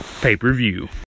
pay-per-view